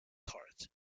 tart